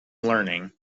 learning